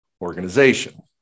organization